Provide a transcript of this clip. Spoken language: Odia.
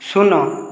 ଶୂନ